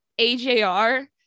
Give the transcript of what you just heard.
ajr